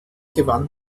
gewann